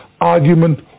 argument